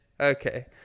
Okay